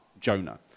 Jonah